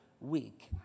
week